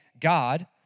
God